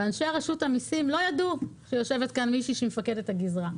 ואנשי רשות המיסים לא ידעו שיושבת כאן מישהי שהיא מפקדת הגזרה.